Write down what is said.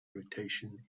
irritation